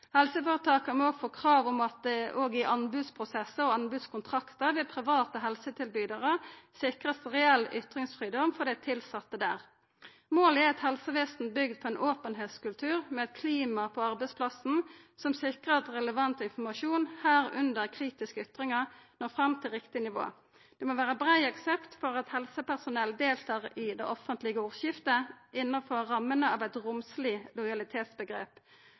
Helseføretaka må få krav om at det òg i anbodsprosessar og anbodskontraktar med private helsetilbydarar sikrast reell ytringsfridom for dei tilsette der. Målet er eit helsevesen bygd på ein openheitskultur med eit klima på arbeidsplassen som sikrar at relevant informasjon – medrekna kritiske ytringar – når fram til riktig nivå. Det må vera brei aksept for at helsepersonell deltar i det offentlege ordskiftet innanfor rammene av eit romsleg